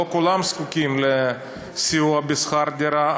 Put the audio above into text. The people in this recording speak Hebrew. לא כולם זקוקים לסיוע בשכר דירה,